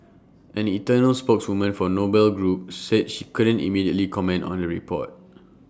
an external spokeswoman for noble group said she couldn't immediately comment on the report